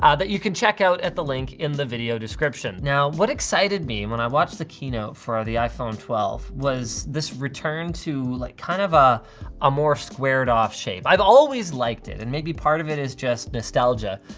ah that you can check out at the link in the video description. now, what excited me when i watched the keynote for um the iphone twelve was this return to like kind of ah a more squared off shape. i've always liked it, and maybe part of it is just nostalgia.